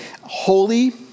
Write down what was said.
Holy